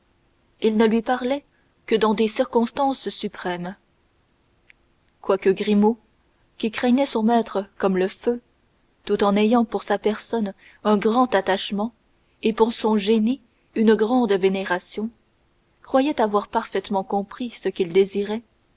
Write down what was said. il ne lui parlait que dans des circonstances suprêmes quelquefois grimaud qui craignait son maître comme le feu tout en ayant pour sa personne un grand attachement et pour son génie une grande vénération croyait avoir parfaitement compris ce qu'il désirait